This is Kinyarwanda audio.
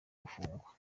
gufungwa